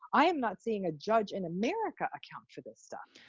i am not seeing a judge in america account for this stuff.